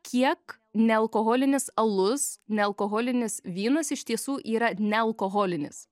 kiek nealkoholinis alus nealkoholinis vynas iš tiesų yra nealkoholinis